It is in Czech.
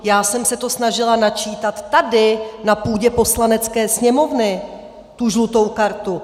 Já jsem se to snažila načítat tady na půdě Poslanecké sněmovny, tu žlutou kartu.